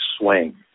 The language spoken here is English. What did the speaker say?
swing